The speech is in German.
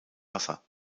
wasser